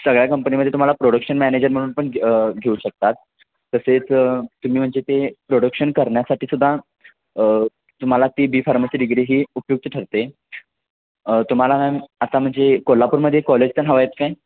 सगळ्या कंपनीमध्ये तुम्हाला प्रोडक्शन मॅनेजर म्हणून पण घेऊ शकतात तसेच तुम्ही म्हणजे ते प्रोडक्शन करण्यासाठीसुद्धा तुम्हाला ती बी फार्मसी डिग्री ही उपयुक्त ठरते तुम्हाला मॅम आता म्हणजे कोल्हापूरमध्ये कॉलेज पण हवा आहेत काय